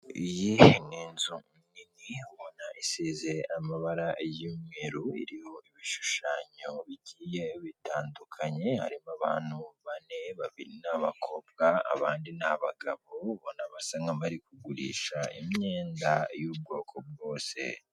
Iyi ni inzu nini ubona isize amabara y' umweru iriho ibishushano bigiye bitandukanye harimo abantu bane babiri ni abakobwa abandi ni abagabo ubona basa n' abari kugurisha imyenda y' ubwoko bwase